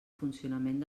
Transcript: funcionament